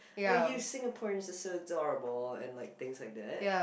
oh you Singaporeans are so adorable and like things like that